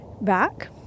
back